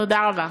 תודה רבה.